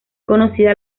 conocida